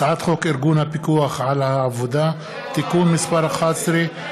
הצעת חוק ארגון הפיקוח על העבודה (תיקון מס' 11,